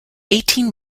eighteen